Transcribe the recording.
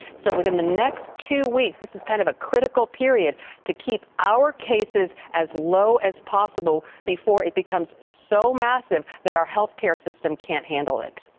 so within the next two weeks, this is kind of a critical period to keep our cases as low as possible before it becomes so massive that our healthcare system cannot handle it.